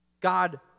God